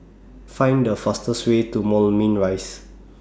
Find The fastest Way to Moulmein Rise